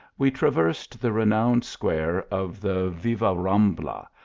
we traversed the renowned square of the vivarrambla,